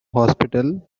hospital